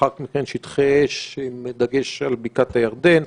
לאחר מכן שטחי אש עם דגש על בקעת הירדן,